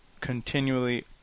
continually